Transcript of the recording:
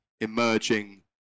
emerging